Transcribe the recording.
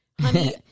honey